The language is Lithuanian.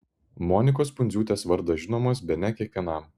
monikos pundziūtės vardas žinomas bene kiekvienam